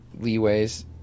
Leeways